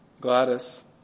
Gladys